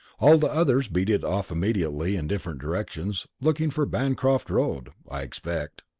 all the others beat it off immediately in different directions looking for bancroft road, i expect.